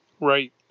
right